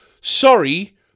Sorry